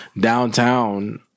downtown